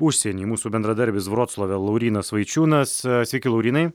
užsienį mūsų bendradarbis vroclave laurynas vaičiūnas sveiki laurynai